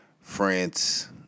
France